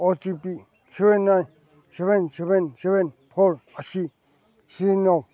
ꯑꯣ T P seven nine seven seven seven four ꯑꯁꯤ ꯁꯤꯖꯤꯟꯅꯩ